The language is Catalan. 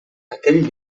aquell